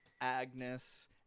Agnes